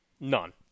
None